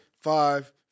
five